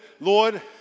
Lord